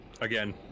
again